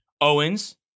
Owens